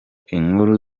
inkuru